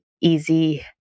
easy